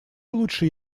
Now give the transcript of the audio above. лучше